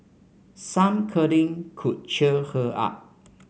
some cuddling could cheer her up